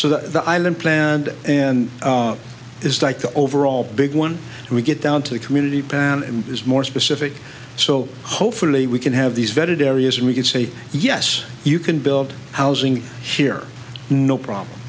so that the island planned and is like the overall big one we get down to the community pan and is more specific so hopefully we can have these vetted areas and we could say yes you can build housing here no problem